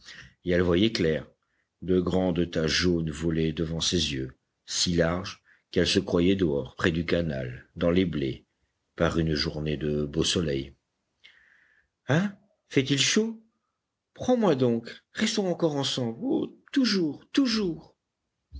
et elle voyait clair de grandes taches jaunes volaient devant ses yeux si larges qu'elle se croyait dehors près du canal dans les blés par une journée de beau soleil hein fait-il chaud prends-moi donc restons ensemble oh toujours toujours